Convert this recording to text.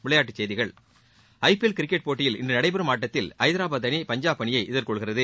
விளையாட்டுச் செய்திகள் I P L cricket போட்டியில் இன்று நடைபெறும் ஆட்டத்தில் ஐதராபாத் அணி பஞ்சாப் அணியை எதிர்கொள்கிறது